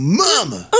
mama